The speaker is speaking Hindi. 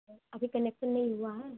अभी कनेक्सन नहीं हुआ है